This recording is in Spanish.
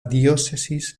diócesis